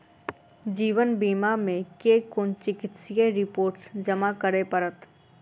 जीवन बीमा मे केँ कुन चिकित्सीय रिपोर्टस जमा करै पड़त?